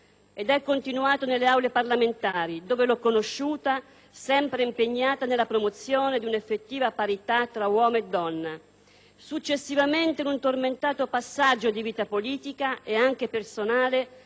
ed è continuato nelle Aule parlamentari, dove l'ho conosciuta sempre impegnata nella promozione di un'effettiva parità tra uomo e donna; successivamente, in un tormentato passaggio di vita politica e anche personale,